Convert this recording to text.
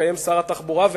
שמקיים שר התחבורה,